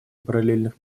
параллельных